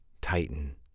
titan